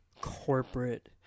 corporate